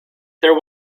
there